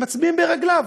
הם מצביעים ברגליים,